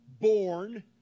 born